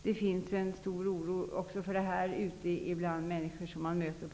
Det finns en stor oro för det här ute bland människor som man möter.